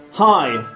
Hi